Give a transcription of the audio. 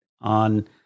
on